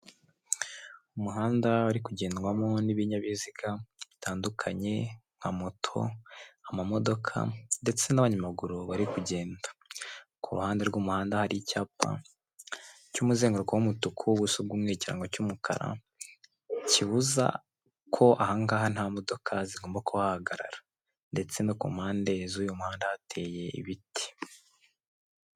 Umuhanda uri kugendwamo n'ibinyabiziga bitandukanye nka moto, amamodoka ndetse n'abanyamaguru bari kugenda, ku ruhande rw'umuhanda hari icyapa cy'umuzenguruko w'umutuku ubuso bw'umweru ikirango cy'umukara, kibuza ko aha ngaha nta modoka zigomba kuhahagarara ndetse no ku mpande z'uyu muhanda hateye ibiti.